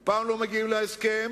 ופעם לא מגיעים להסכם